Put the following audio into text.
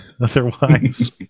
otherwise